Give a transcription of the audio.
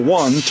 one